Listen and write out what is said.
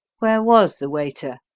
where was the waiter,